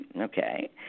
Okay